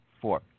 four